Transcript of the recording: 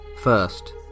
First